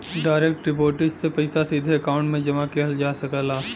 direct deposit से पइसा सीधे अकांउट में जमा किहल जा सकला